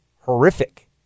horrific